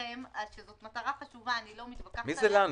לכן במועדים האלה,